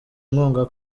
inkunga